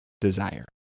desire